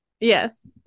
Yes